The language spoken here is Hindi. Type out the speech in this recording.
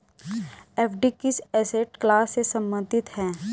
एफ.डी किस एसेट क्लास से संबंधित है?